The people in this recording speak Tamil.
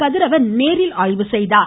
கதிரவன் நேரில் ஆய்வு செய்தார்